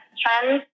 trends